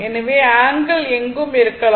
எனவே ஆங்கிள் எங்கும் இருக்கலாம்